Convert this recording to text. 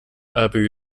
abu